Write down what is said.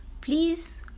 Please